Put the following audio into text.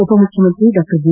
ಉಪಮುಖ್ಯಮಂತ್ರಿ ಡಾ ಜಿ